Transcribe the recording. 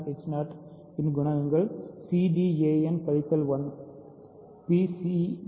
cd இன் குணகங்கள் cdan கழித்தல் 1